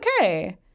okay